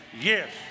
Yes